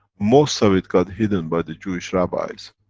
most of it got hidden by the jewish rabbis.